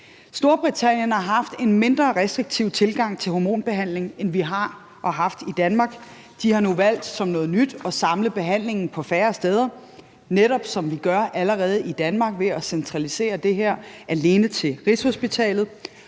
Storbritannien har haft en mindre restriktiv tilgang til hormonbehandling, end vi har og har haft i Danmark. De har nu valgt som noget nyt at samle behandlingen på færre steder, netop som vi allerede gør i Danmark ved at centralisere det her alene til Rigshospitalet.